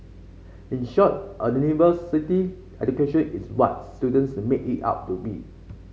in short a university education is what students make it out to be